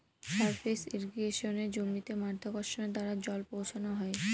surface ইর্রিগেশনে জমিতে মাধ্যাকর্ষণের দ্বারা জল পৌঁছানো হয়